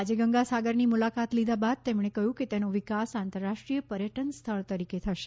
આજે ગંગા સાગરની મુલાકાત લીધા બાદ તેમણે કહ્યું કે તેનો વિકાસ આંતરરાષ્ટ્રીય પર્યટન સ્થળ તરીકે થશે